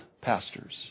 pastors